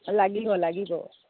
লাগিব লাগিব